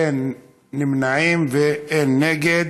אין נמנעים ואין מתנגדים.